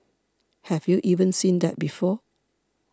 have you even seen that before